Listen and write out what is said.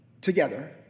together